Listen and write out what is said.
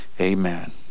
Amen